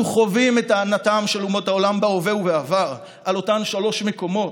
אנחנו חווים את טענתם של אומות העולם בהווה ובעבר על אותם שלושה מקומות,